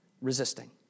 resisting